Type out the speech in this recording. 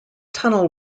tunnel